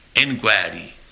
inquiry